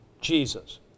Jesus